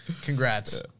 congrats